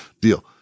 deal